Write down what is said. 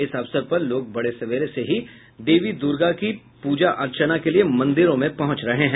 इस अवसर पर लोग बड़े सवेरे से ही देवी दुर्गा की पूजा अर्चना के लिये मंदिरों में पहुंच रहे हैं